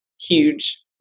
huge